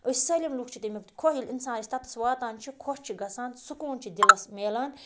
أسۍ سٲلِم لُکھ چھِ تمیُک خۄش اِنسان ییٚلہِ تَتَس واتان چھِ خۄش چھِ گژھان سکوٗن چھِ دِلَس مِلان